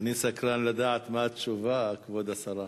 אני סקרן לדעת מה התשובה, כבוד השרה.